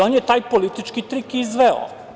On je taj politički trik izveo.